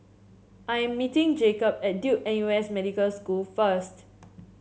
I am meeting Jakob at Duke N U S Medical School first